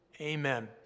Amen